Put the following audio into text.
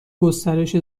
گسترش